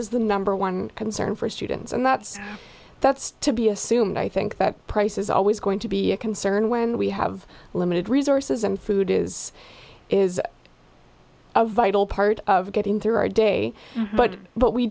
is the number one concern for students and that's that's to be assumed i think that price is always going to be a concern when we have limited resources and food is is a vital part of getting through our day but what we